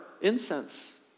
incense